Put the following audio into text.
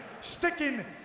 sticking